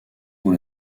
pour